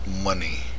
money